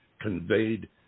conveyed